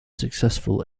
successful